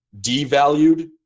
devalued